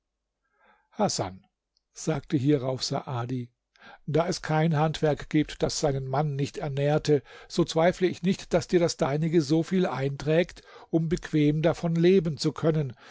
hasan sagte hierauf saadi da es kein handwerk gibt das seinen mann nicht ernährte so zweifle ich nicht daß dir das deinige so viel einträgt um bequem davon leben zu können